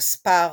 בכספה הרב.